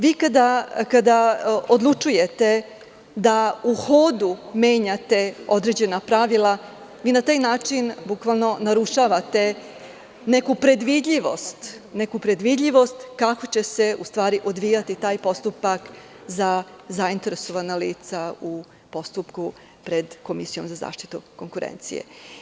Vi kada odlučujete da u hodu menjate određena pravila, vi na taj način, bukvalno, narušavate neku predvidljivost, kako će se u stvari odvijati taj postupak za zainteresovana lica u postupku pred Komisijom za zaštitu konkurencije.